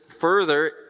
further